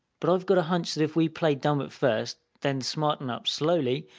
but i've got a hunch that if we play dumb at first, then smarten up slowly,